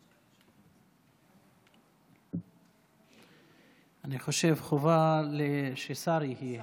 אני חושב ששר יהיה.